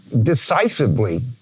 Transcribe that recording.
decisively